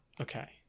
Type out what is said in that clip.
okay